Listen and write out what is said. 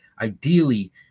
Ideally